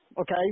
okay